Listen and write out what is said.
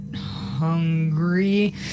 hungry